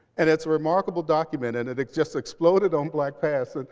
and it's a remarkable document. and it it just exploded on blackpast. and